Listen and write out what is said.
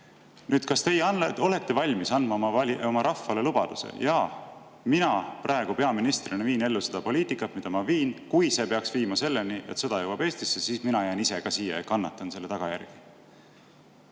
Nii. Kas teie olete valmis andma oma rahvale lubaduse: "Jaa, mina praegu peaministrina viin ellu seda poliitikat, mida ma viin. Kui see peaks viima selleni, et sõda jõuab Eestisse, siis mina jään ise ka siia ja kannatan selle